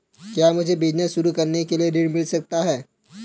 क्या मुझे बिजनेस शुरू करने के लिए ऋण मिल सकता है?